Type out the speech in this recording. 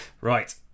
Right